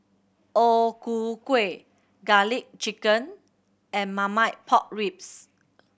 O Ku Kueh Garlic Chicken and Marmite Pork Ribs